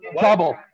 double